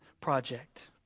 project